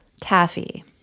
Taffy